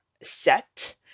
set